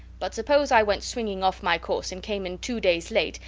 but suppose i went swinging off my course and came in two days late,